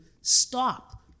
stop